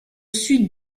sud